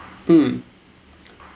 mm